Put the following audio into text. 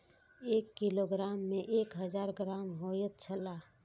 एक किलोग्राम में एक हजार ग्राम होयत छला